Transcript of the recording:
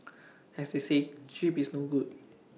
as they say cheap is no good